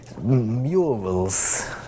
murals